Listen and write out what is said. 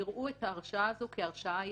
יראו את ההרשעה הזאת כהרשעה יחידה.